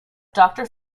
doctor